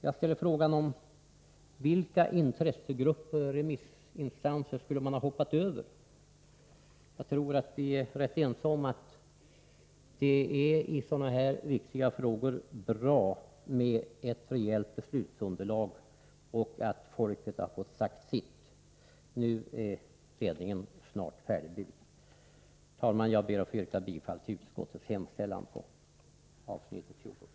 Jag frågar: Vilka intressegrupper eller remissinstanser skulle man ha hoppat över? Jag tror att vi är ense om att det i sådana här viktiga frågor är bra med ett rejält beslutsunderlag — och att folket har fått säga sitt. Nu är ledningen snart färdigbyggd. Herr talman! Jag ber att få yrka bifall till utskottets skrivning vid avsnitt 19.